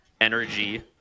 energy